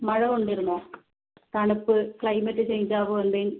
മഴ കൊണ്ടിരുന്നോ തണുപ്പ് ക്ലൈമറ്റ് ചേഞ്ച് അതുപോലെ എന്തെങ്കിലും